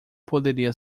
poderia